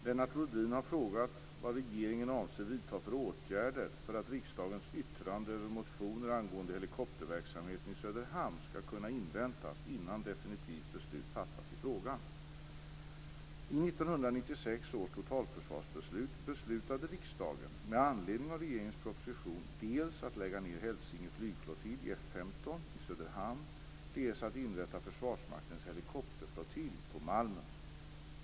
Herr talman! Lennart Rohdin har frågat vad regeringen avser vidta för åtgärder för att riksdagens yttrande över motioner angående helikopterberedskapen i Söderhamn skall kunna inväntas innan definitivt beslut fattas i frågan. Söderhamn, dels att inrätta Försvarsmaktens helikopterflottilj på Malmen.